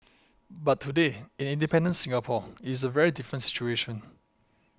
but today in independent Singapore it is a very different situation